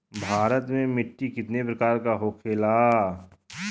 भारत में मिट्टी कितने प्रकार का होखे ला?